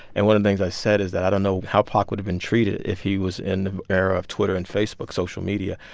and one of the things i said is that i don't know how pac would have been treated if he was in the era of twitter and facebook, social media.